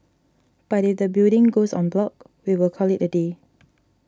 but if the building goes en bloc we will call it a day